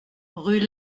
rue